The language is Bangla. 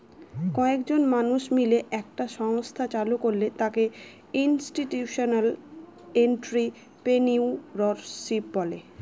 কয়েকজন মানুষ মিলে একটা সংস্থা চালু করলে তাকে ইনস্টিটিউশনাল এন্ট্রিপ্রেনিউরশিপ বলে